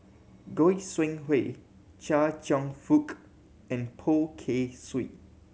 Goi Seng Hui Chia Cheong Fook and Poh Kay Swee